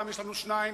פעם יש לנו שניים,